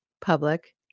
public